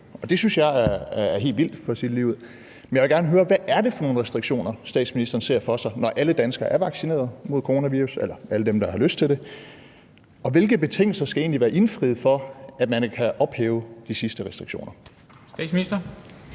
det synes jeg er helt vildt - for at sige det ligeud. Jeg vil gerne høre: Hvad er det for nogle restriktioner, statsministeren ser for sig, når alle danskere er vaccineret mod coronavirus – eller alle dem, der har lyst til det? Og hvilke betingelser skal egentlig være indfriet, for at man kan ophæve de sidste restriktioner? Kl.